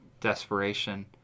desperation